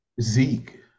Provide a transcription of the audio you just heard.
Zeke